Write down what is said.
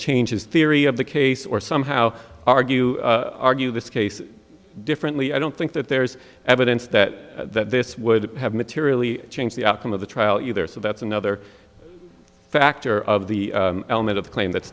change his theory of the case or somehow argue argue this case differently i don't think that there's evidence that this would have materially changed the outcome of the trial you there so that's another factor of the element of the claim that